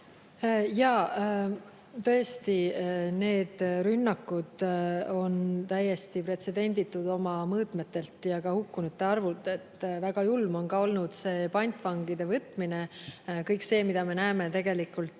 Tõesti, need rünnakud on täiesti pretsedenditud oma mõõtmetelt ja ka hukkunute arvult. Väga julm on olnud see pantvangide võtmine, kõik see, mida me näeme teleekraanilt.